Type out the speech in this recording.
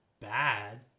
bad